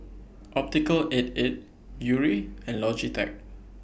Optical eight eight Yuri and Logitech